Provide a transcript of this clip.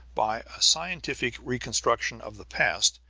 by a scientific reconstruction of the past,